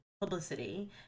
publicity